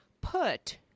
put